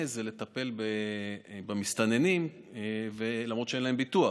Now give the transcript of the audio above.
זה לטפל במסתננים למרות שאין להם ביטוח.